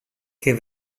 que